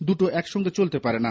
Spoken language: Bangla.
দুটো একসঙ্গে চলতে পারে না